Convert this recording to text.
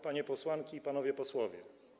Panie Posłanki i Panowie Posłowie!